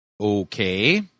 Okay